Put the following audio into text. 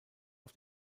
auf